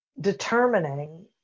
determining